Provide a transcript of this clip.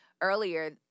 Earlier